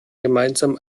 gemeinsam